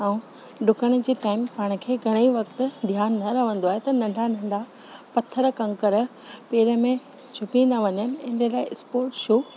ऐं डुकण जे टाइम पाण खे घणे ई वक्तु ध्यानु न रहंदो आहे त नंढा नंढा पथर कंकर पेर में चुभी न वञनि इन लाइ स्पोट शू